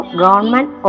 government